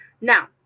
now